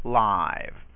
live